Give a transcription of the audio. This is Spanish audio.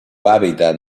hábitat